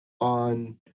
on